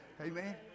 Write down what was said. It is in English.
Amen